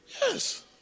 Yes